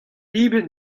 eben